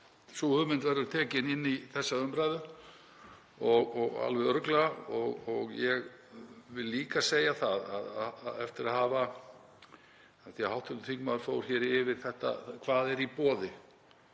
sú hugmynd verður tekin inn í þessa umræðu, alveg örugglega. Ég vil líka segja að eftir að hafa — af því að hv. þingmaður fór hér yfir hvað er í boði.